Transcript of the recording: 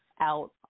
out